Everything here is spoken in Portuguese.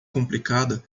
complicada